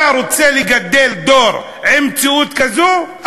אתה רוצה לגדל דור עם מציאות כזאת?